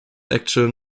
actual